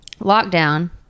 Lockdown